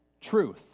Truth